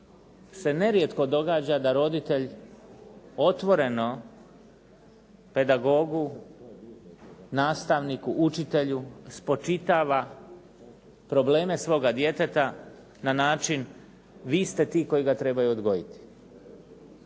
se nerijetko događa da roditelj otvoreno pedagogu, nastavniku, učitelju spočitava probleme svoga djeteta na način vi ste ti koji ga trebaju odgojiti.